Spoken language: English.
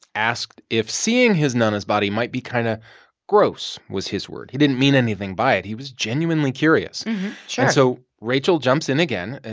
asked if seeing his nana's body might be kind of gross was his word. he didn't mean anything by it. he was genuinely curious sure and so rachel jumps in again,